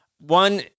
One